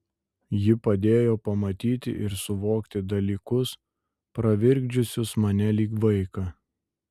ji padėjo pamatyti ir suvokti dalykus pravirkdžiusius mane lyg vaiką